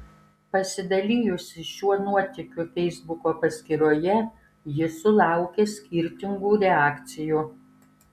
pasidalijusi šiuo nuotykiu feisbuko paskyroje ji sulaukė skirtingų reakcijų